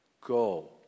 go